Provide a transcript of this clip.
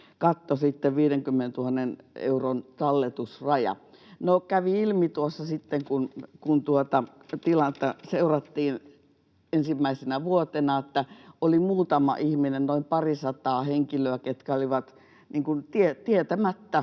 katto, 50 000 euron talletusraja. No, kävi ilmi tuossa sitten, kun tilannetta seurattiin ensimmäisenä vuotena, että oli muutama ihminen, noin parisataa henkilöä, ketkä olivat käytännössä